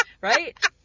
right